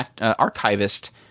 archivist